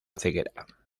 ceguera